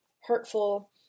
hurtful